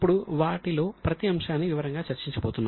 ఇప్పుడు వాటిలో ప్రతి అంశాన్ని వివరంగా చర్చించబోతున్నాం